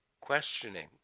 questioning